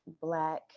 black